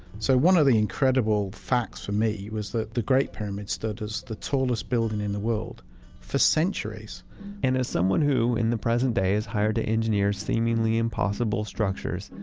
so one of the incredible facts, for me, was that the great pyramid stood as the tallest building in the world for centuries and as someone who, in the present day, is hired to engineer seemingly impossible structures,